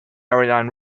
ariane